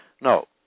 No